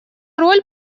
роль